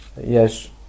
yes